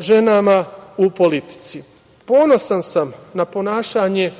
ženama u politici. Ponosan sam na ponašanje